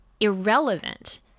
Irrelevant